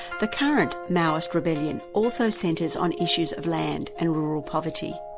the current maoist rebellion also centres on issues of land and rural poverty.